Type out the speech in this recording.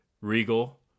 Regal